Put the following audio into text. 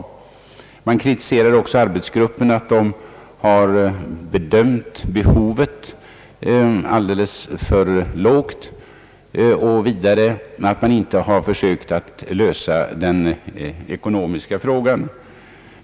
Kommunförbundet kritiserar också arbetsgruppen för att den har bedömt behovet alldeles för lågt och vidare för att den inte har försökt lösa den ekonomiska frågan.